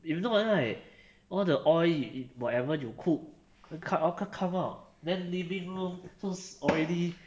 if not right all the oil whatever you cook co~ co~ all come out then living so oily